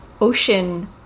ocean